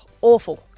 Awful